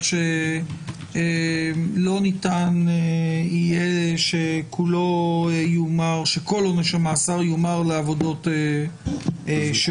שלא ניתן יהיה שכל עונש המאסר יומר לעבודות שירות.